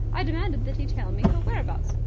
i demanded that he tell me her whereabouts.